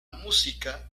música